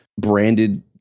branded